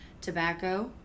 Tobacco